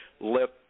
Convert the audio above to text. let